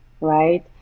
right